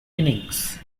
innings